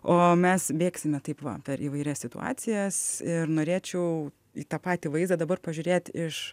o mes bėgsime taip va per įvairias situacijas ir norėčiau į tą patį vaizdą dabar pažiūrėt iš